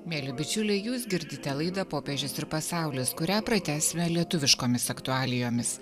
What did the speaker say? mieli bičiuliai jūs girdite laidą popiežius ir pasaulis kurią pratęsime lietuviškomis aktualijomis